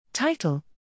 Title